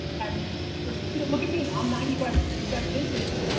and first, you know, look at me i'm ninety five percent vintage.